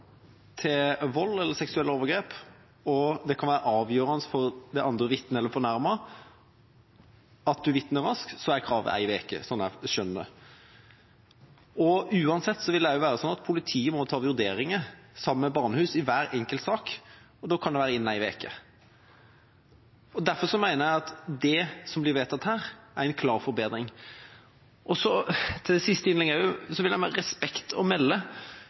til vold eller seksuelle overgrep og det kan være avgjørende for det andre vitnet eller fornærmede at en vitner raskt, er kravet én uke. Sånn er skjønnet. Uansett vil det også være sånn at politiet må gjøre vurderinger sammen med barnehus i hver enkelt sak, og da kan det være innen én uke. Derfor mener jeg at det som blir vedtatt her, er en klar forbedring. Til det siste innlegget vil jeg med respekt å melde